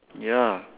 ya